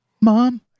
Mom